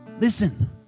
listen